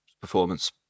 performance